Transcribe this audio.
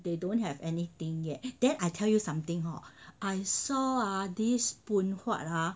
they don't have anything yet then I tell you something hor I saw this Phoon Huat ah